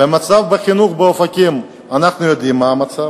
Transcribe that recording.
ומצב החינוך באופקים, אנחנו יודעים מה המצב.